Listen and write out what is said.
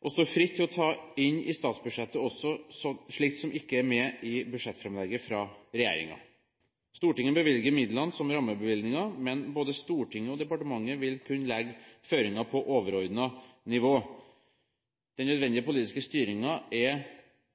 og står fritt til å ta inn i statsbudsjettet også slikt som ikke er med i budsjettframlegget fra regjeringen. Stortinget bevilger midlene som rammebevilgninger, men både Stortinget og departementet vil kunne legge føringer på overordnet nivå. Den nødvendige politiske styringen er